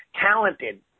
talented